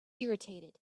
irritated